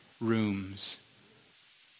rooms